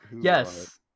yes